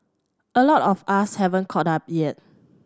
a lot of us haven't caught up yet